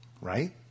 right